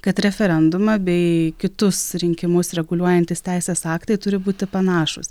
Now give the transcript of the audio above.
kad referendumą bei kitus rinkimus reguliuojantys teisės aktai turi būti panašūs